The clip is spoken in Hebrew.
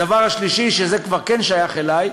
הדבר השלישי, וזה כבר כן שייך אלי,